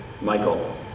michael